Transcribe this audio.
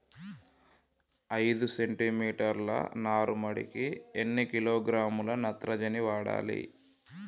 ఐదు సెంటిమీటర్ల నారుమడికి ఎన్ని కిలోగ్రాముల నత్రజని వాడాలి?